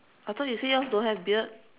I thought you said yours don't have beard